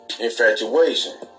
infatuation